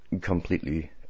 completely